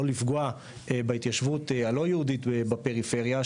לפגוע בהתיישבות הלא יהודית בפריפריה,